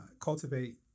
cultivate